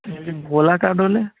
যদি ভোলা কাঠ হলে